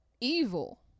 evil